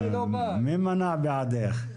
מי מנע בעדך?